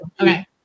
Okay